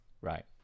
Right